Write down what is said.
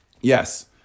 Yes